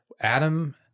Adam